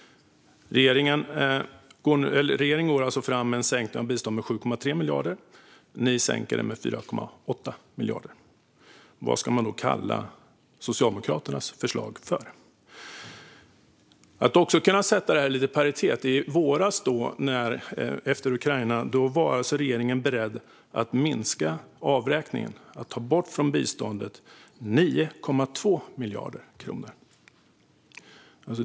Regeringen går alltså fram med en sänkning av biståndet med 7,3 miljarder. Ni sänker det med 4,8 miljarder. Vad ska man då kalla Socialdemokraternas förslag? I våras, efter Ukraina, var regeringen beredd att ta bort 9,2 miljarder kronor från biståndet.